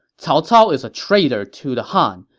cao cao is a traitor to the han.